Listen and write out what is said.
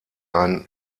ein